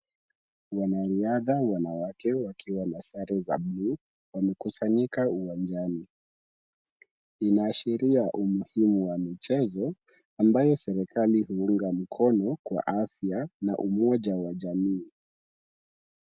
Wanariadha wanawake wakiwa na sare za buluu wamekusanyika uwanjani. Inaashiria umuhimu wa michezo, ambayo serikali huunga mkono kwa afya na umoja wa jamii.